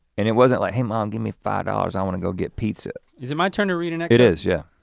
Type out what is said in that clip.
and it wasn't like hey mom give me five dollars i wanna go get pizza. is it my turn to read an excerpt? it is, yeah.